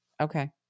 Okay